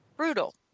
brutal